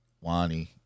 Wani